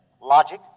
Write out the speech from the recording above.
Logic